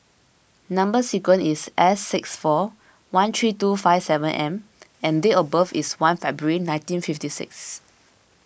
Number Sequence is S six four one three two five seven M and date of birth is one February nineteen fifty six